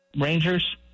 rangers